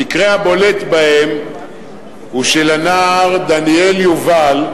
המקרה הבולט בהם הוא של הנער דניאל יובל,